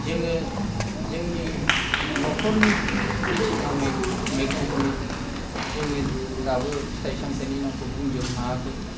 जोङो जोंनि न'खरनि खेथि मावनाय मैगंखौनो जोङो दाबो फिथाय समाथायनि नामखौ बुंजोबनो हायाखै